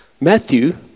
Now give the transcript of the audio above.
Matthew